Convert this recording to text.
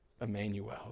Emmanuel